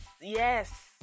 yes